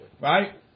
Right